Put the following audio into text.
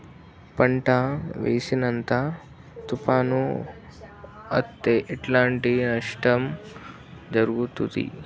పంట వేసినంక తుఫాను అత్తే ఎట్లాంటి నష్టం జరుగుద్ది?